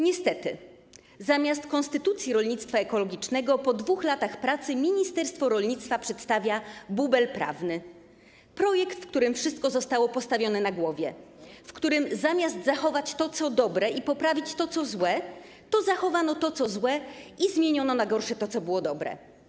Niestety, zamiast konstytucji rolnictwa ekologicznego po 2 latach pracy ministerstwo rolnictwa przedstawia bubel prawny, projekt, w którym wszystko zostało postawione na głowie, w którym zamiast zachować to, co dobre, i poprawić to, co złe, to zachowano to, co złe, i zmieniono na gorsze to, co było dobre.